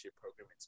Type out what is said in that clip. program